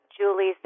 Julie's